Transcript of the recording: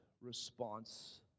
response